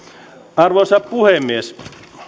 arvoisa puhemies